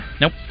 Nope